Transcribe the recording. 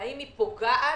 ואם היא פוגעת